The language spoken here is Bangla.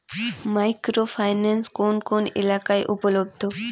মাইক্রো ফাইন্যান্স কোন কোন এলাকায় উপলব্ধ?